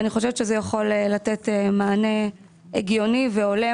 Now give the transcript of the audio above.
אני חושבת שזה יכול לתת מענה הגיוני והולם,